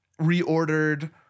reordered